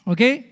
Okay